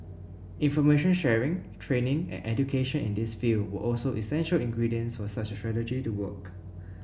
information sharing training and education in this field were also essential ingredients for such a strategy to work